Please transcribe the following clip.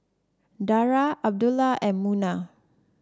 Dara Abdullah and Munah